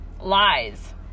lies